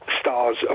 stars